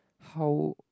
how